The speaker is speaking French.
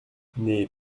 n’est